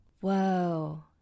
Whoa